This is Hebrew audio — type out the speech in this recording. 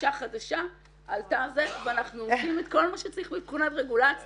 דרישה חדשה שעלתה ואנחנו עושים את כל מה שצריך מבחינת רגולציה,